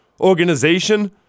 organization